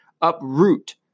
uproot